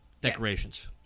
decorations